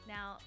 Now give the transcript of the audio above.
Now